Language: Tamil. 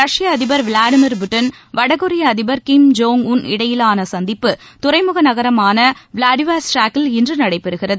ரஷ்ப அதிபர் விளாடிமிர் புட்டின் வடகொரிய அதிபர் கிம் ஜோங் உன் இடையிலான சந்திப்பு துறைமுக நகரமான விளாடிவாஸ்டாக்கில் இன்று நடைபெறுகிறது